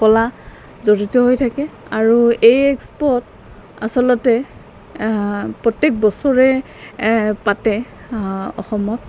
কলা জড়িত হৈ থাকে আৰু এই এক্সপত আচলতে প্ৰত্যেক বছৰে পাতে অসমত